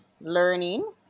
learning